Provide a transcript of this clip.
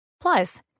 Plus